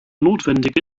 notwendig